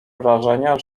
wrażenia